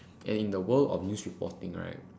and in the world of news reporting right